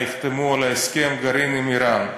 יחתמו על הסכם גרעין עם איראן.